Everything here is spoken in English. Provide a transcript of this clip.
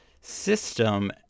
system